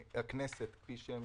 הכנסת כפי שהן